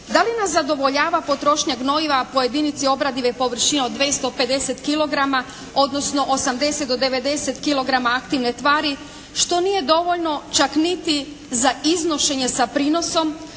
Da li nas zadovoljava potrošnja gnojiva po jedinici obradive površine od 250 kilograma odnosno 80 do 90 kilograma aktivne tvari što nije dovoljno čak niti za iznošenje sa prinosom,